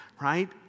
right